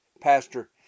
Pastor